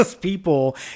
people